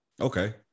Okay